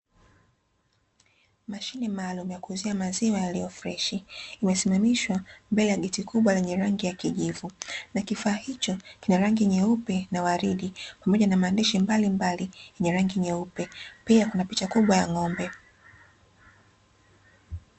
Mashine maalumu yakuuzia maziwa yaliyo freshi imesimamishwa mbele ya geti kubwa lenye rangi ya kijivu na kifaa hicho kina rangi nyeupe na waridi, pamoja na maandishi mbalimbali yenye rangi nyeupe. pia, kuna picha kubwa ya ng’ombe.